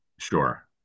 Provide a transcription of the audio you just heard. Sure